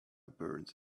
burns